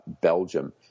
Belgium